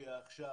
שמופיע עכשיו,